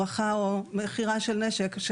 מכירה או הברחה של נשק.